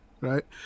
right